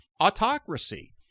autocracy